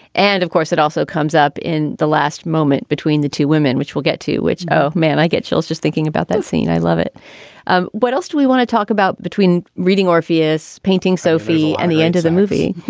and of course, it also comes up in the last moment between the two women, which we'll get to, which. oh, man. i get chills just thinking about that scene. i love it um what else do we want to talk about between reading orpheus, painting sophie and the end of the movie,